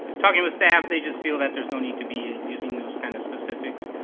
talking with staff, they just feel that there's no need to be using those kind of specifics.